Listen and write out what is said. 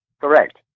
correct